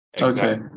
okay